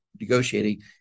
negotiating